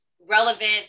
relevant